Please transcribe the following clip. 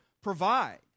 provide